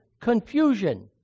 confusion